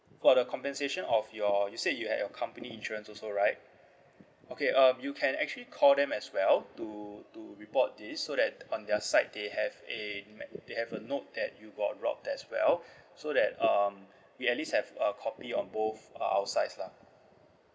for the compensation of your you said you had your company insurance also right okay um you can actually call them as well to to report this so that on their side they have a they have a note that you were robbed as well so that um we at least have a copy on both uh our sides lah